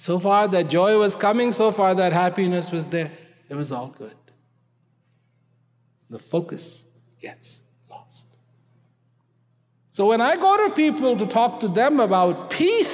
so far the joy is coming so far that happiness was there it was all good the focus yes so when i go to people to talk to them about peace